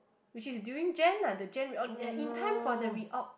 which is during Jan lah the Jan re oath yea in time for the re oath